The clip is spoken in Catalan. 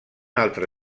altre